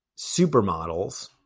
supermodels